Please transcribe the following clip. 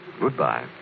Goodbye